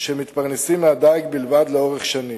שמתפרנסים מהדיג בלבד לאורך שנים.